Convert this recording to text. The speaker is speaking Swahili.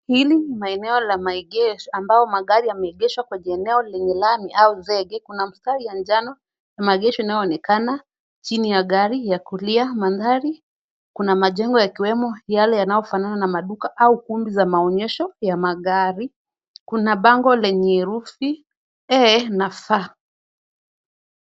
Hili ni maeneo la maegesho ambayo magari yameegeshwa kwa eneo lenye lami au zege. Kuna mstari ya njano na maegesho yanayoonekana chini ya gari ya kulia. Mandhari kuna majengo yakiwemo yale yanayofanana na maduka au kumbi za maonyesho ya magari. Kuna bango lenye herufi E na F.